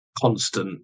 constant